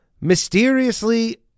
mysteriously